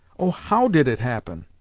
oh, how did it happen